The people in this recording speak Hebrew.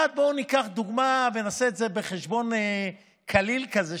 בואו ניקח דוגמה ונעשה את זה בחשבון קליל כזה,